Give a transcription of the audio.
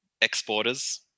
exporters